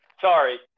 Sorry